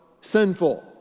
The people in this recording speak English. sinful